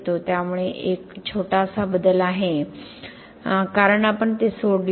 त्यामुळे एक छोटासा बदल आहे कारण आपण ते सोडले आहे